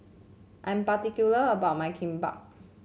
I am particular about my Kimbap